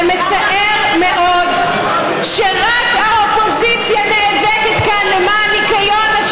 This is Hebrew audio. זה מצער מאוד שרק האופוזיציה נאבקת כאן למען ניקיון,